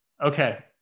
Okay